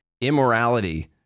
immorality